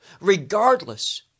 regardless